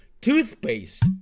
Toothpaste